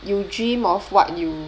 you dream of what you